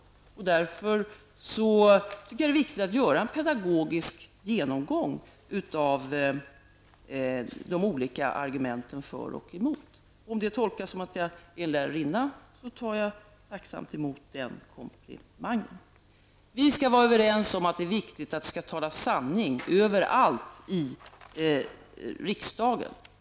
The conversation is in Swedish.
Jag tycker därför att det är viktigt att göra en pedagogisk genomgång av de olika argumenten för och emot. Om det tolkas som att jag är lärarinna, tar jag tacksamt emot den komplimangen. Vi skall vara överens om att det är viktigt att det skall talas sanning överallt i riksdagen.